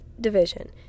division